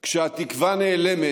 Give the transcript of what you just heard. כשהתקווה נעלמת,